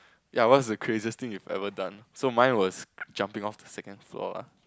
yea what was the craziest thing you have ever done so mine was jumping off the second floor lah